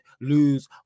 lose